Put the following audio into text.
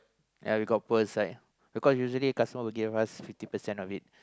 and we got poor inside because usually customers will give us fifty percent only